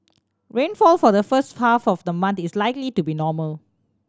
rainfall for the first half of the month is likely to be normal